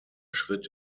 schritt